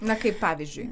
na kaip pavyzdžiui